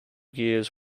gears